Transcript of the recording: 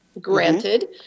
granted